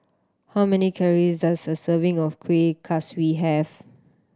how many calories does a serving of Kueh Kaswi have